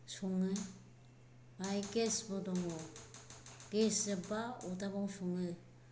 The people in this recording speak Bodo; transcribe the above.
सङो ओमफ्राय गेसबो दङ गेस जोब्बा अग्दाबाव सङो